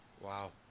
Wow